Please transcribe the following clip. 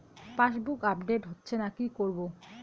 Passbook update হচ্ছেনা কি করবো?